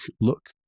look